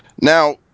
Now